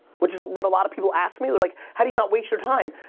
which is what a lot of people ask me. they're like, how do you not waste your time?